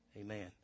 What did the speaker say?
Amen